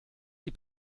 die